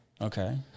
Okay